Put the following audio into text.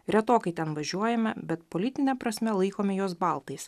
retokai ten važiuojame bet politinia prasme laikome juos baltais